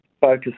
focus